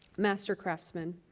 master craftsmen.